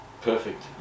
perfect